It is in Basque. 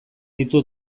ditu